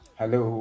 hello